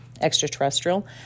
extraterrestrial